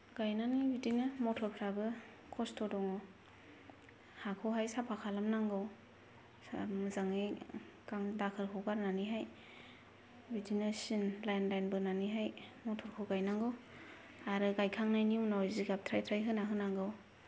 गायनानै बिदिनो मथरफ्राबो खस्थ' दङ हाखौहाय साफा खालामनांगौ मोजाङै दाखोरखौ गारनानैहाय बिदिनो सिन लाइन लाइन बोनानैहाय मथरखौ गायनांगौ आरो गायखांनायनि उनाव जिगाब थ्राय थ्राय होना होनांगौ